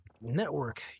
network